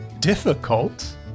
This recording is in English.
Difficult